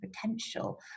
potential